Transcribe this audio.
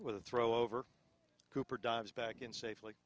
with a throw over cooper dives back in safely